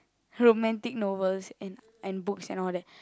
romantic novels and and books and all that